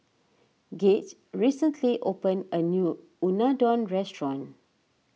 Gaige recently opened a new Unadon restaurant